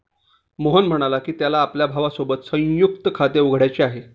मोहन म्हणाला की, त्याला आपल्या भावासोबत संयुक्त खाते उघडायचे आहे